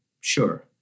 Sure